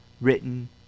written